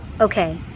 Okay